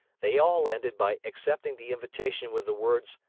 they all ended by accepting the invitation with the words,